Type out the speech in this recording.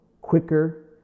quicker